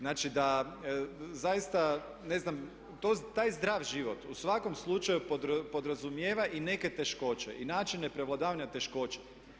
Znači da zaista, ne znam, taj zdrav život u svakom slučaju podrazumijeva i neke teškoće i načine prevladavanja teškoća.